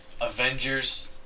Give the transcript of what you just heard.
Avengers